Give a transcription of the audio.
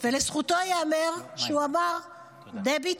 לזכותו ייאמר שהוא אמר: דבי,